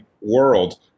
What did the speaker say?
world